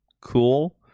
cool